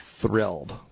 thrilled